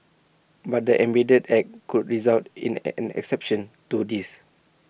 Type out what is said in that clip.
but the amended act could result in A an exception to this